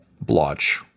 blotch